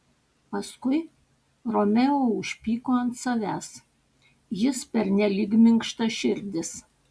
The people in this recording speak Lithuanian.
paskui romeo užpyko ant savęs jis pernelyg minkštaširdis